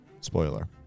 Spoiler